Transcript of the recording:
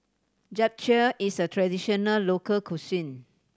japchae is a traditional local cuisine